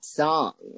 song